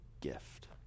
gift